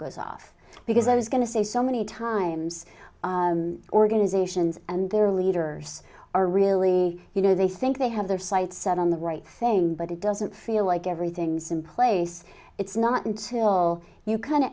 goes off because i was going to say so many times organizations and their leaders are really you know they think they have their sights set on the right thing but it doesn't feel like everything's in place it's not until you